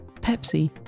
Pepsi